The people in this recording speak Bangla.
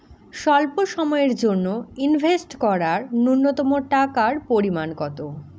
স্বল্প সময়ের জন্য ইনভেস্ট করার নূন্যতম টাকার পরিমাণ কত?